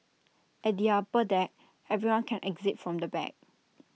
at the upper deck everyone can exit from the back